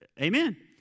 Amen